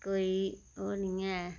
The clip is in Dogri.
कोई ओह् निं ऐ